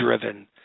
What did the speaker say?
driven